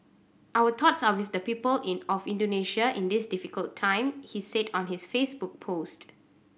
our thoughts are with the people in of Indonesia in this difficult time he said on his Facebook post